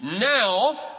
Now